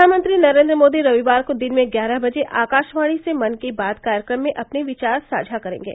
प्रधानमंत्री नरेन्द्र मोदी रविवार को दिन में ग्यारह बजे आकाशवाणी से मन की बात कार्यक्रम में अपने विचार साझा करेंगे